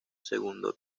segundo